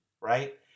Right